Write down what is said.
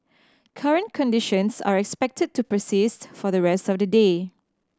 current conditions are expected to persist for the rest of the day